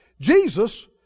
Jesus